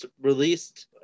released